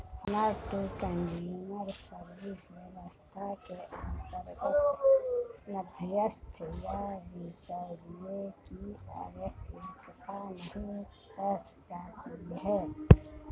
farmer to consumer service व्यवस्था के अंतर्गत मध्यस्थ या बिचौलिए की आवश्यकता नहीं रह जाती है